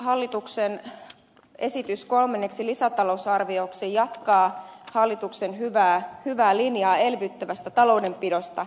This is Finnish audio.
hallituksen esitys kolmanneksi lisätalousarvioksi jatkaa hallituksen hyvää linjaa elvyttävästä taloudenpidosta